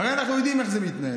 הרי אנחנו יודעים איך זה מתנהל.